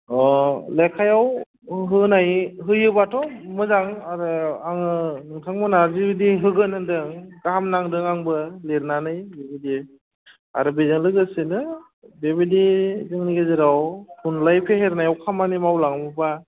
अ लेखायाव होनाय होयोब्लाथ' मोजां आरो आङो नोंथांमोना जुदि होगोन होन्दों गाहाम नांदों आंबो लिरनानै बिबादि आरो बेजों लोगोसेनो बिबादि जोंनि गेजेराव थुनलाय फेहेरनायाव खामानि मावलाङोब्ला